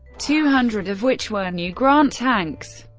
two hundred of which were new grant tanks.